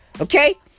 Okay